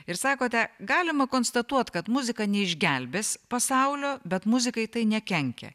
ir sakote galima konstatuot kad muzika neišgelbės pasaulio bet muzikai tai nekenkia